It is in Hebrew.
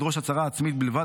לדרוש הצהרה עצמית בלבד,